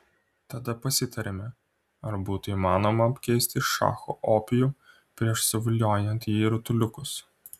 tada pasitarėme ar būtų įmanoma apkeisti šacho opijų prieš suvoliojant jį į rutuliukus